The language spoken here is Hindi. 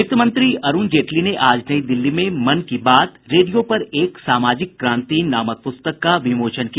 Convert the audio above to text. वित्तमंत्री अरुण जेटली ने आज नई दिल्ली में मन की बात रेडियो पर एक सामाजिक क्रांति नामक प्रस्तक का विमोचन किया